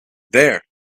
there